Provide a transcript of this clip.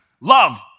Love